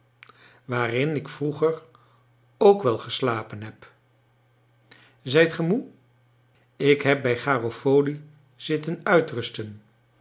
waarin ik vroeger ook wel geslapen heb zijt gij moe ik heb bij garofoli zitten uitrusten